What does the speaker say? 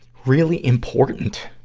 really, important,